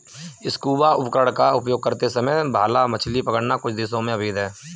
scuba उपकरण का उपयोग करते समय भाला मछली पकड़ना कुछ देशों में अवैध है